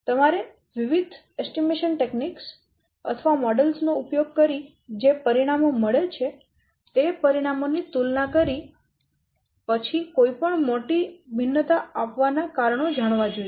તમારે વિવિધ અંદાજ તકનીકો અથવા મોડેલો નો ઉપયોગ કરી જે પરિણામો મળે છે તે પરિણામો ની તુલના કરી પછી કોઈ પણ મોટી ભિન્નતા આવવાના કારણો જાણવા જોઈએ